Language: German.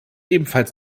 ebenfalls